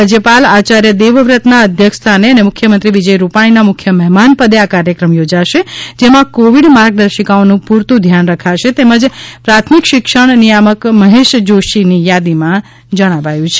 રાજ્યપાલ આચાર્ય દેવવ્રતના અધ્યક્ષ સ્થાને અને મુખ્યમંત્રી વિજય રૂપાણીના મુખ્ય મહેમાન પદે આ કાર્યક્રમ યોજાશે જેમાં કોવિડ માર્ગદર્શિકાઓનું પૂરતું ધ્યાન રખાશે તેમ પ્રાથમિક શિક્ષણ નિયામક મહેશ જોષીની યાદીમાં જણાવાયું છે